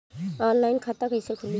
Online खाता कईसे खुलि?